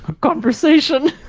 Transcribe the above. conversation